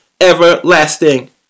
everlasting